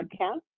podcast